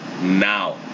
now